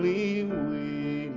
we we